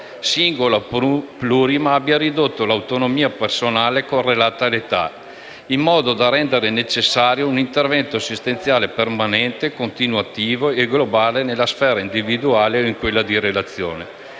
singola o plurima, abbia ridotto l'autonomia personale, correlata all'età, in modo da rendere necessario un intervento assistenziale permanente, continuativo e globale nella sfera individuale o in quella di relazione».